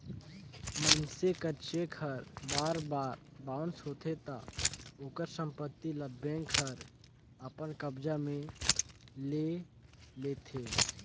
मइनसे कर चेक हर बार बार बाउंस होथे ता ओकर संपत्ति ल बेंक हर अपन कब्जा में ले लेथे